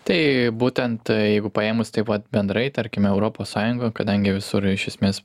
tai būtent jeigu paėmus tai vat bendrai tarkime europos sąjungoj kadangi visur iš esmės